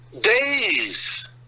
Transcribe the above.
Days